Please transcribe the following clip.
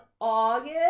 August